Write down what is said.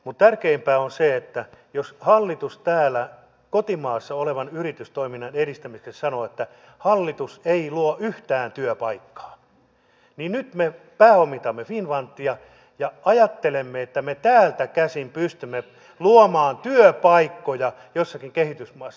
mutta tärkeämpää on se että jos hallitus täällä kotimaassa olevan yritystoiminnan edistämiseksi sanoo että hallitus ei luo yhtään työpaikkaa niin nyt me pääomitamme finnfundia ja ajattelemme että me täältä käsin pystymme luomaan työpaikkoja joissakin kehitysmaissa